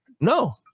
No